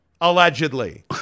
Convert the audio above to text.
allegedly